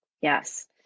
Yes